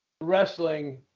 wrestling